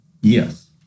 Yes